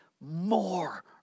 more